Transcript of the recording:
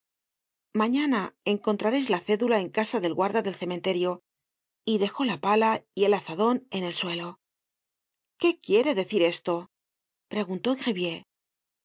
mañana encontrareis la cedula en casa del guarda del cementerio y dejó la pala y el azadon en el suelo qué quiere decir esto preguntó